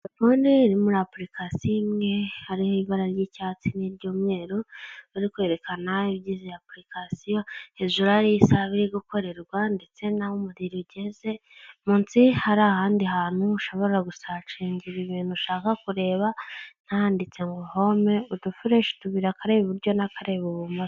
Poner muri application imwe hari ibara ry'icyatsi n'iry'umweru bari kwerekana ibyiza aplication hejuru y isaha iri gukorerwa ndetse nahoho umurigeze munsi harihandi hantu ushobora gusacega ibi bintu ushaka kurebat handitse ngo Home udufreshi tubiri akareba iburyo nakareba ibumoso.